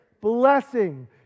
Blessing